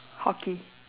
hockey